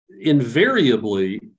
invariably